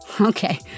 Okay